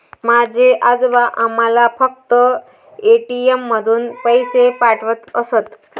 माझे आजोबा आम्हाला फक्त ए.टी.एम मधून पैसे पाठवत असत